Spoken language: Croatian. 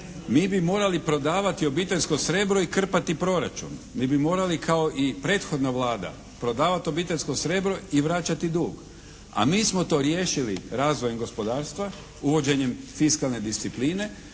mi bi morali prodavati obiteljsko srebro i krpati proračun. Mi bi morali kao i prethodna Vlada prodavati obiteljsko srebro i vraćati dug. A mi smo to riješili razvojem gospodarstva, uvođenjem fiskalne discipline